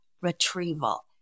retrieval